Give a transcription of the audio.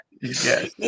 Yes